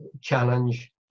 challenge